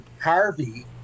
Harvey